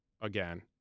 again